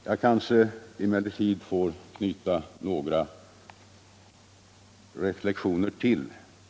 Slutligen vill jag knyta ytterligare några reflexioner till denna redogörelse.